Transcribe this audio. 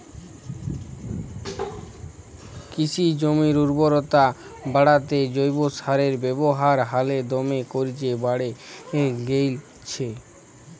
কিসি জমির উরবরতা বাঢ়াত্যে জৈব সারের ব্যাবহার হালে দমে কর্যে বাঢ়্যে গেইলছে